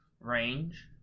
range